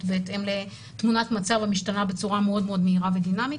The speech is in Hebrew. בהתאם לתמונת מצב המשתנה בצורה מאוד מאוד מהירה ודינאמית,